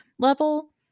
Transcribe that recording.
level